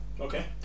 Okay